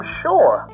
sure